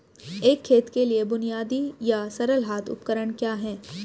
एक खेत के लिए बुनियादी या सरल हाथ उपकरण क्या हैं?